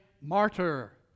martyr